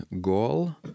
goal